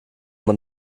man